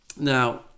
now